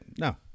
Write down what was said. no